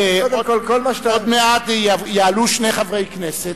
עוד מעט יעלו שני חברי כנסת,